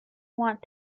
want